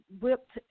whipped